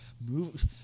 move